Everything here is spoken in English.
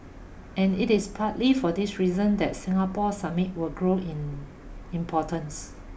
and it is partly for this reason that Singapore Summit will grow in importance